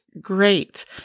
great